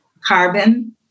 carbon